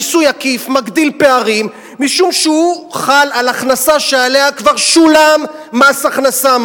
מיסוי עקיף מגדיל פערים משום שהוא חל על הכנסה שעליה כבר שולם מס הכנסה,